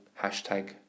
Hashtag